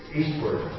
eastward